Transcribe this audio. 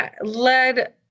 led